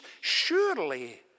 Surely